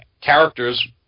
characters